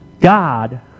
God